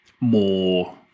more